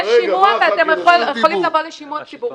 יש שימוע, ואתם יכולים לבוא לשימוע ציבורי.